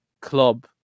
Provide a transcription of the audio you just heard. club